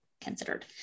considered